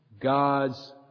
God's